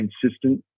consistent